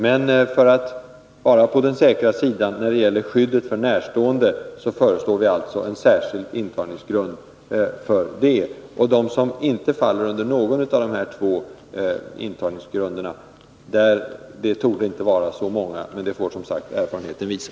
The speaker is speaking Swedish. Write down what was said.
Men för att vara på den säkra sidan föreslår vi alltså en särskild intagningsgrund med skydd för närstående. De som inte faller under någon av dessa två intagningsgrunder torde inte vara så många, men det får som sagt erfarenheten visa.